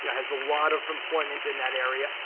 you know has a lot of employment in that area.